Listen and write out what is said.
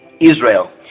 Israel